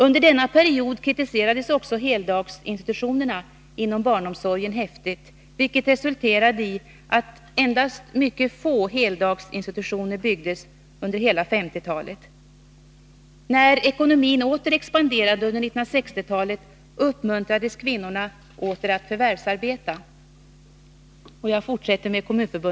Under denna period kritiserades också heldagsinstitutionerna inom barnomsorgen häftigt, vilket resulterade i att endast mycket få heldagsinstitutioner byggdes under hela 1950-talet. När ekonomin åter expanderade under 1960-talet uppmuntrades kvinnor na åter att förvärvsarbeta.